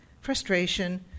Frustration